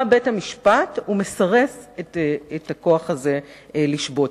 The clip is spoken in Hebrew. בא בית-המשפט ומסרס את הכוח הזה לשבות.